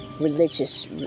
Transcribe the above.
religious